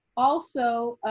also,